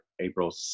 April